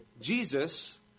Jesus